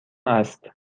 است